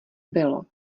bylo